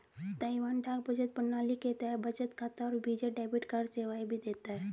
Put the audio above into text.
Taiwan डाक बचत प्रणाली के तहत बचत खाता और वीजा डेबिट कार्ड सेवाएं भी देता है